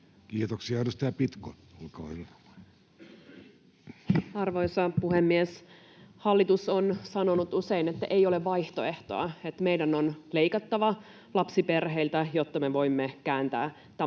Content: Arvoisa puhemies! Hallitus on sanonut usein, että ei ole vaihtoehtoa, että meidän on leikattava lapsiperheiltä, jotta me voimme kääntää talouden